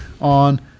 on